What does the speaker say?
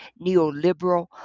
Neoliberal